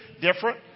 Different